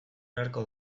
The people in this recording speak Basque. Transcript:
beharko